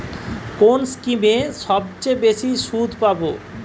কোন স্কিমে সবচেয়ে বেশি সুদ পাব?